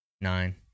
nine